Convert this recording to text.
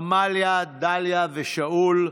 עמליה, דליה ושאול,